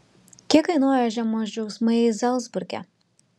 kiek kainuoja žiemos džiaugsmai zalcburge